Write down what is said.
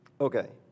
Okay